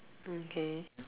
okay